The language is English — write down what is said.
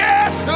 Yes